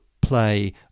play